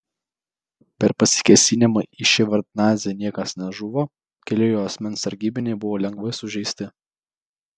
per pasikėsinimą į ševardnadzę niekas nežuvo keli jo asmens sargybiniai buvo lengvai sužeisti